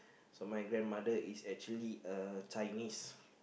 so my grandmother is actually a Chinese